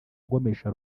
agomesha